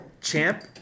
Champ